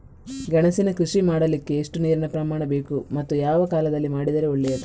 ಗೆಣಸಿನ ಕೃಷಿ ಮಾಡಲಿಕ್ಕೆ ಎಷ್ಟು ನೀರಿನ ಪ್ರಮಾಣ ಬೇಕು ಮತ್ತು ಯಾವ ಕಾಲದಲ್ಲಿ ಮಾಡಿದರೆ ಒಳ್ಳೆಯದು?